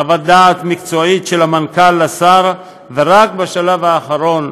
חוות דעת מקצועית של המנכ"ל לשר ורק בשלב האחרון,